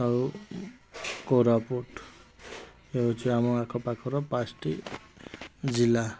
ଆଉ କୋରାପୁଟ ହେଉଛି ଆମ ଆଖପାଖର ପାଞ୍ଚଟି ଜିଲ୍ଲା